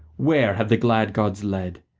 where have the glad gods led?